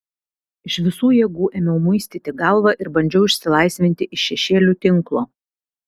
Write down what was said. iš visų jėgų ėmiau muistyti galvą ir bandžiau išsilaisvinti iš šešėlių tinklo